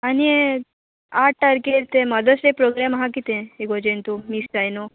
आनी आठ तारकेर ते मदर्स डे प्रोग्राम आहा कितें एगोजेंत तूं मिस जाय न्हू